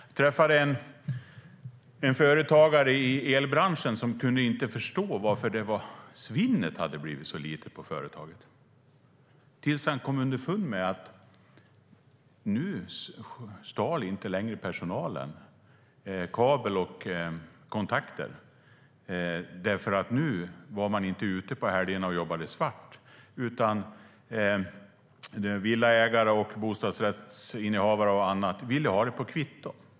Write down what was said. Jag träffade en företagare i elbranschen som inte kunde förstå varför svinnet på företaget nu var så litet. Det var tills han kom underfund med att nu stal inte längre personalen kabel och kontakter, för nu var man inte längre ute på helgerna och jobbade svart. Villaägare, bostadsrättsinnehavare och andra ville nu ha det på kvitto.